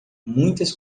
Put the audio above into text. muitas